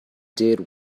did